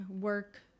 work